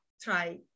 try